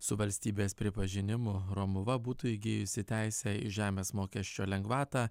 su valstybės pripažinimu romuva būtų įgijusi teisę į žemės mokesčio lengvatą